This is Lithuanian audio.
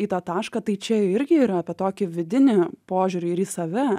į tą tašką tai čia irgi yra apie tokį vidinį požiūrį ir į save